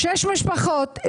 שש משפחות,